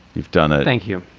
you've done it. thank you.